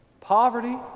poverty